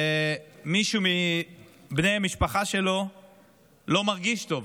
מישהו מבני המשפחה שלו מרגיש לא טוב